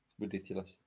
Ridiculous